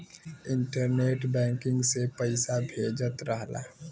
internet banking से पइसा भेजत रहला